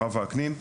הרב וקנין,